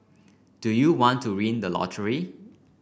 do you want to win the lottery